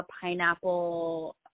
pineapple